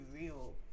real